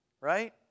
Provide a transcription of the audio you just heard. right